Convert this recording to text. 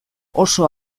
oso